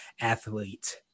athlete